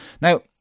Now